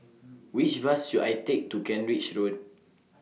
Which Bus should I Take to Kent Ridge Road